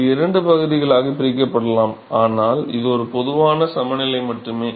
இது இரண்டு பகுதிகளாகப் பிரிக்கப்படலாம் ஆனால் இது ஒரு பொதுவான சமநிலை மட்டுமே